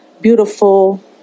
beautiful